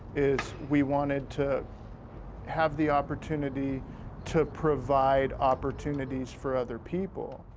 is we wanted to have the opportunity to provide opportunities for other people.